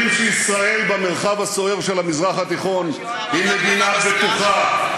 הם יודעים שישראל במרחב הסוער של המזרח התיכון היא מדינה בטוחה,